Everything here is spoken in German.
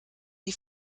die